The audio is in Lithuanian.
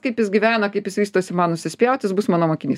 kaip jis gyvena kaip jis vystosi man nusispjaut jis bus mano mokinys